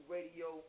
Radio